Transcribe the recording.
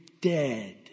dead